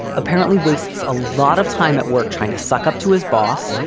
apparently wastes a lot of time at work trying to suck up to his boss,